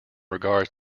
regards